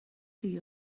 chi